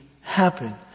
happen